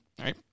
right